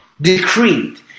decreed